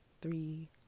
three